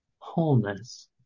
Wholeness